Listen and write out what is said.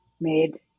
made